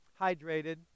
hydrated